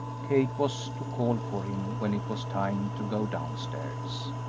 kate was to call for him when it was time to go downstairs.